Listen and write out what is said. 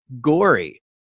gory